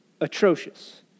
atrocious